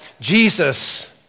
Jesus